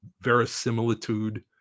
verisimilitude